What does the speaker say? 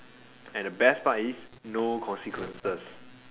and the best part is no consequences